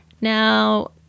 Now